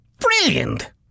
Brilliant